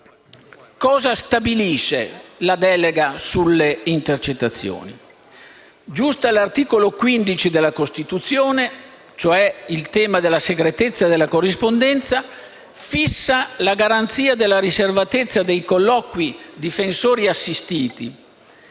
cosa stabilisce la delega sulle intercettazioni? In relazione all'articolo 15 della Costituzione, cioè il tema della segretezza della corrispondenza, fissa la garanzia della riservatezza dei colloqui difensori‑assistiti.